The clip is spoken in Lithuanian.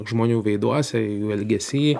žmonių veiduose jų elgesy